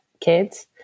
kids